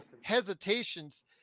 hesitations